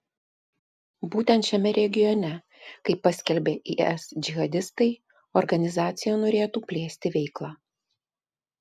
būtent šiame regione kaip paskelbė is džihadistai organizacija norėtų plėsti veiklą